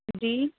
جی